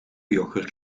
yoghurt